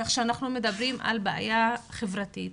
כך שאנחנו מדברים על בעיה חברתית,